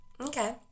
Okay